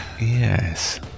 Yes